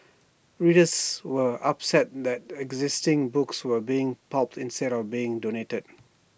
readers were upset that existing books were being pulped instead of being donated